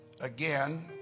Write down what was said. again